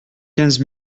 quinze